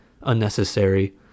unnecessary